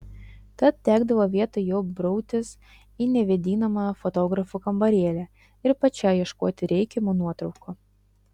tad tekdavo vietoj jo brautis į nevėdinamą fotografų kambarėlį ir pačiai ieškoti reikiamų nuotraukų